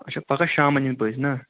اچھا پگہہ شامن یِن پٔژھۍ نا